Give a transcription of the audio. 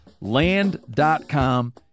land.com